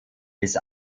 bis